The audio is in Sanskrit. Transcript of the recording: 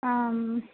आम्